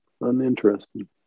uninteresting